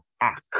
act